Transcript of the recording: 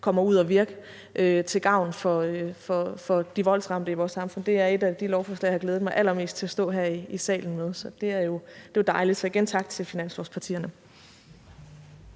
kommer ud at virke til gavn for de voldsramte i vores samfund. Det er et af de lovforslag, jeg har glædet mig allermest til at stå her i salen med. Så det er jo dejligt – igen tak til finanslovspartierne.